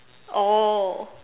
oh